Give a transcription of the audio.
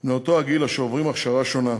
בני אותו הגיל אשר עוברים הכשרה שונה: